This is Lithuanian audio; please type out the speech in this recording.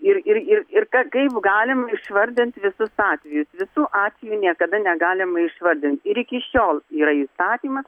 ir ir ir ir kaip galima išvardint visus atvejus visų atvejų niekada negalima išvardint ir iki šiol yra įstatymas